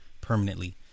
Permanently